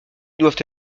doivent